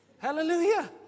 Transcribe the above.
Hallelujah